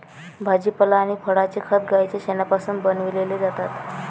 भाजीपाला आणि फळांचे खत गाईच्या शेणापासून बनविलेले जातात